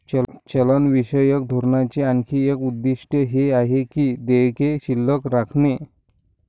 चलनविषयक धोरणाचे आणखी एक उद्दिष्ट हे आहे की देयके शिल्लक राखणे